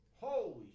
holy